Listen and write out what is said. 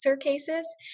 cases